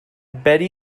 bede